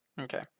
Okay